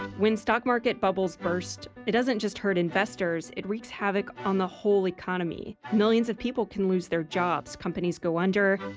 when stock market bubbles burst, it doesn't just hurt investors, it wreaks havoc on the whole economy. millions of people can lose their jobs, companies go under,